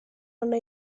una